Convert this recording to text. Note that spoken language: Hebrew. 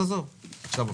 אז עזוב.